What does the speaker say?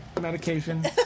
medication